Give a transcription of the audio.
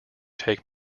take